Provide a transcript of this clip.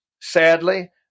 Sadly